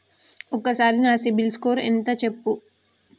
ఒక్కసారి నా సిబిల్ స్కోర్ ఎంత చెప్పు?